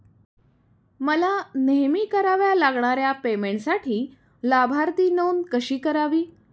मला नेहमी कराव्या लागणाऱ्या पेमेंटसाठी लाभार्थी नोंद कशी करावी?